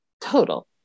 Total